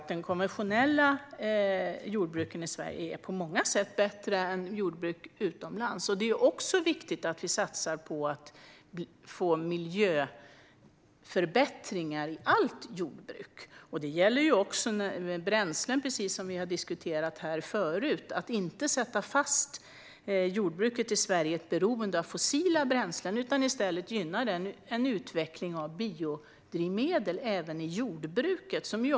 Det konventionella jordbruket i Sverige är självklart bättre på många sätt än jordbruk utomlands. Och det är viktigt att vi satsar på miljöförbättringar i allt jordbruk. Det gäller även bränslen, som har diskuterats här förut. Vi ska inte sätta fast jordbruket i Sverige i ett beroende av fossila bränslen utan i stället gynna en utveckling av biodrivmedel även i jordbruket.